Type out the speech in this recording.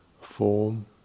form